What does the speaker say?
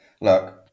look